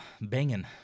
banging